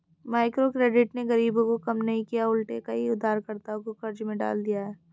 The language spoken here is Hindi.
माइक्रोक्रेडिट ने गरीबी को कम नहीं किया उलटे कई उधारकर्ताओं को कर्ज में डाल दिया है